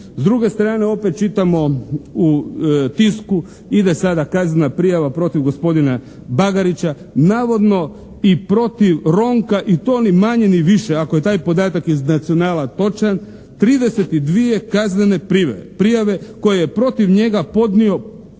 S druge strane opet čitamo u tisku ide sada kaznena prijava protiv gospodina Bagarića, navodno i protiv Ronka i to ni manje ni više, ako je taj podatak iz Nacionala točan, 32 kaznene prijave koje je protiv njega podnio